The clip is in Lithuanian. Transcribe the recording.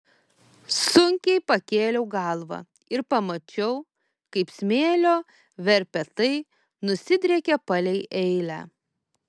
sunkiai pakėliau galvą ir pamačiau kaip smėlio verpetai nusidriekė palei eilę